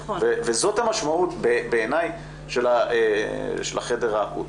וזאת המשמעות בעיני של החדר האקוטי.